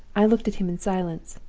i looked at him in silence,